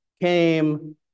came